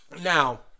Now